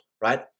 right